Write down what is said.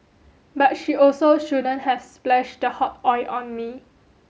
but she also shouldn't have splashed the hot oil on me